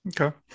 Okay